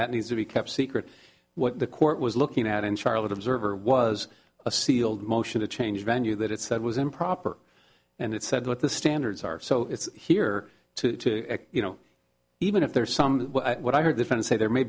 that needs to be kept secret what the court was looking at in charlotte observer was a sealed motion to change venue that it said was improper and it said what the standards are so it's here to you know even if there is some of what i heard the friend say there may